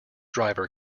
driver